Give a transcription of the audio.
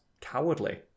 cowardly